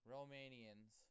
Romanians